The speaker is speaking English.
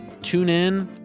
TuneIn